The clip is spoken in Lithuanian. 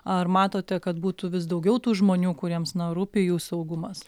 ar matote kad būtų vis daugiau tų žmonių kuriems na rūpi jų saugumas